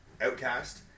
Outcast